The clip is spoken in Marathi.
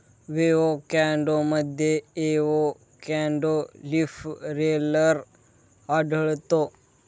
एवोकॅडोमध्ये एवोकॅडो लीफ रोलर आढळतो